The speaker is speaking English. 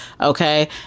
Okay